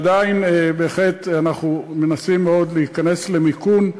עדיין אנחנו בהחלט מנסים מאוד להיכנס למיכון,